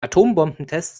atombombentests